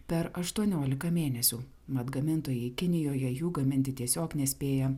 per aštuoniolika mėnesių mat gamintojai kinijoje jų gaminti tiesiog nespėja